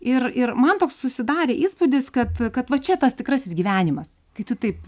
ir ir man toks susidarė įspūdis kad kad va čia tas tikrasis gyvenimas kai tu taip